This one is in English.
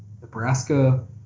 Nebraska